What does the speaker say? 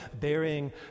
bearing